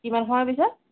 কিমান সময় পিছত